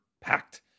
packed